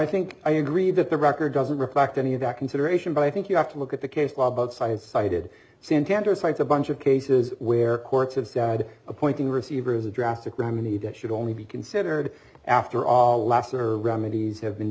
think i agree that the record doesn't reflect any of that consideration but i think you have to look at the case science cited santander cites a bunch of cases where courts have sad appointing receivers a drastic remediate should only be considered after all last or remedies have been